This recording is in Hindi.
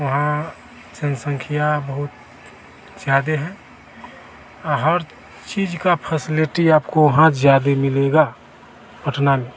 वहाँ जनसंख्या बहुत ज़्यादा है औ हर चीज़ की फैसिलिटी आपको वहाँ ज़्यादा मिलेगी पटना में